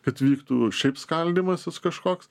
kad vyktų šiaip skaldymasis kažkoks